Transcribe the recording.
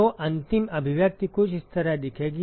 तो अंतिम अभिव्यक्ति कुछ इस तरह दिखेगी